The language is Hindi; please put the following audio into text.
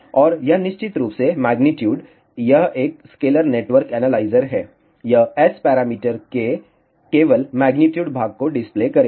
और यह निश्चित रूप से मेग्नीट्यूड यह एक स्कलेर नेटवर्क एनालाइजर है यह S पैरामीटर के केवल मेग्नीट्यूड भाग को डिस्प्ले करेगा